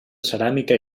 ceràmica